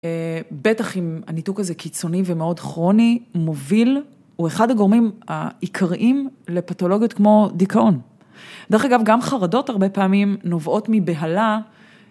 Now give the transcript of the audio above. אה... בטח אם הניתוק הזה קיצוני ומאוד כרוני, מוביל, הוא אחד הגורמים העיקריים לפתולוגיות כמו דיכאון. דרך אגב, גם חרדות הרבה פעמים נובעות מבהלה...